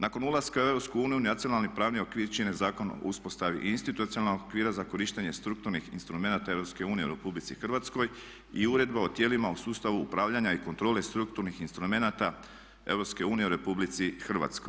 Nakon ulaska u EU nacionalni pravni okvir čine Zakon o uspostavi institucionalnog okvira za korištenje strukturnih instrumenata EU u RH i uredba o tijelima u sustavu upravljanja i kontrole strukturnih instrumenata EU u RH.